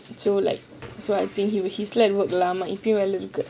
so like so I think he will he work lah